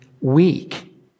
weak